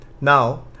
now